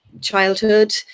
childhood